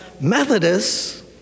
Methodists